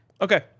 Okay